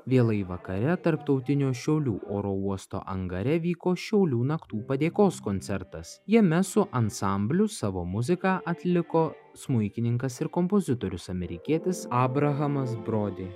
vėlai vakare tarptautinio šiaulių oro uosto angare vyko šiaulių naktų padėkos koncertas jame su ansambliu savo muziką atliko smuikininkas ir kompozitorius amerikietis abrahamas brodi